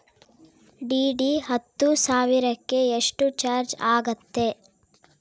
DD ಹತ್ತು ಸಾವಿರಕ್ಕೆ ಎಷ್ಟು ಚಾಜ್೯ ಆಗತ್ತೆ?